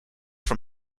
from